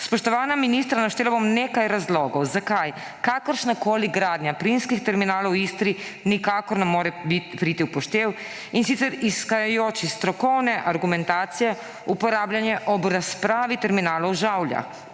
Spoštovana ministra, naštela bom nekaj razlogov, zakaj kakršnakoli gradnja plinskih terminalov v Istri nikakor ne more priti v poštev, in sicer izhajajoč iz strokovne argumentacije, uporabljene ob razpravi o terminalih v Žavljah.